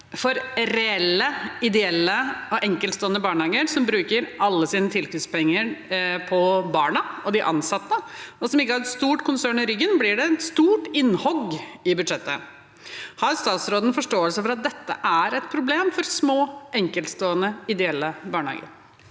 For reelle ideelle og enkeltstående barnehager som bruker alle sine tilskuddspenger på barna og de ansatte, og som ikke har et stort konsern i ryggen, blir det et stort innhogg i budsjettet. Har statsråden forståelse for at dette er et problem for små, enkeltstående ideelle barnehager?